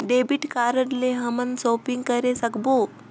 Debit card ले हमन shopping करे सकबो?